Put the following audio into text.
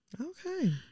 Okay